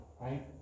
right